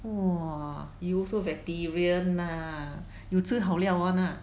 !wah! you also veteran lah 你吃好料 [one] lah